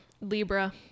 Libra